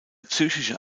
psychische